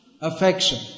affection